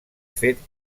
fet